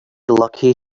lucky